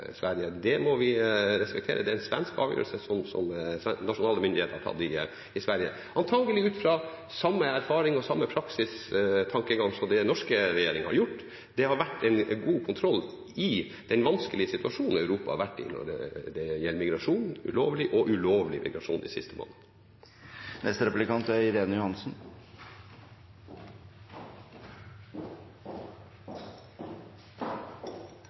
Sverige. Det må vi respektere. Det er en svensk avgjørelse som nasjonale myndigheter i Sverige har tatt, antagelig ut fra samme erfaring og samme praksistankegang som det den norske regjeringen har. Det har vært en god kontroll i den vanskelige situasjonen Europa har vært i når det gjelder migrasjon, lovlig og ulovlig, de siste månedene. Nå er